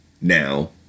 now